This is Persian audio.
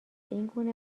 اینگونه